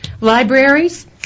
libraries